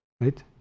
right